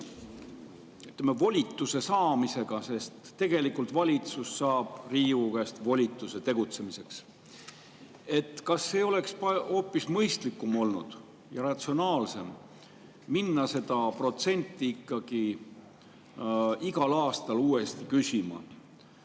seotud volituse saamisega, sest tegelikult valitsus saab Riigikogu käest volituse tegutsemiseks. Kas ei oleks olnud hoopis mõistlikum ja ratsionaalsem minna seda protsenti ikkagi igal aastal uuesti küsima,